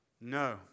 No